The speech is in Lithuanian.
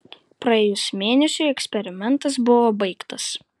praėjus mėnesiui eksperimentas buvo baigtas